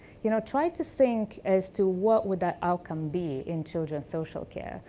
you know, try to think as to what would that outcome be in children's social care?